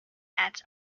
hats